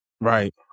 right